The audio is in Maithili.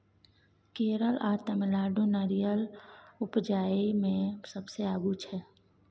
केरल आ तमिलनाडु नारियर उपजाबइ मे सबसे आगू छै